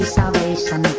salvation